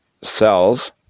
cells